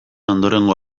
ondorengo